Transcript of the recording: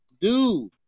Dude